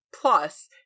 plus